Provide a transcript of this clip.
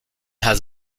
has